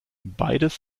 beides